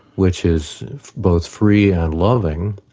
which is both free and loving,